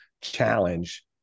challenge